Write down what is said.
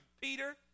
Peter